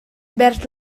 vers